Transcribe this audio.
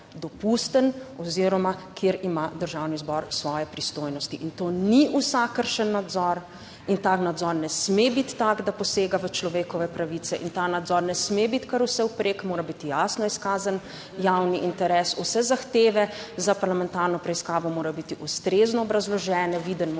oziroma kjer ima Državni zbor svoje pristojnosti, in to ni vsakršen nadzor in ta nadzor ne sme biti tak, da posega v človekove pravice in ta nadzor ne sme biti kar vsevprek, mora biti jasno izkazan javni interes, vse zahteve za parlamentarno preiskavo morajo biti ustrezno obrazložene, viden mora